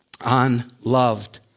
unloved